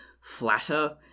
flatter